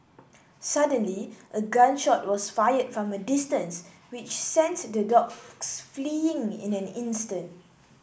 suddenly a gun shot was fired from a distance which sent the dogs fleeing in an instant